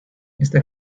esta